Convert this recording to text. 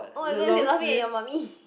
oh I don't as in laughing at your mummy